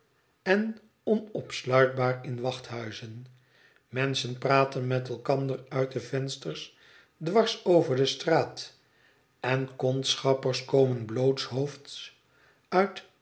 en onopsluitbaar in wachthuizen menschen praten met elkander uit de vensters dwars over de straat en kondschappers komen blootshoofds uit